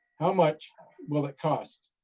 how much will it cost?